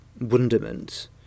wonderment